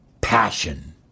passion